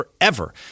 forever